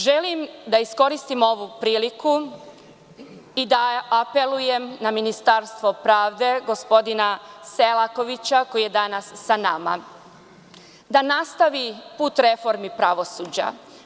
Želim da iskoristim ovu priliku i da apelujem na Ministarstvo pravde, gospodina Selakovića, koji je danas sa nama, da nastavi put reformi pravosuđa.